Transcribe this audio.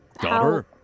Daughter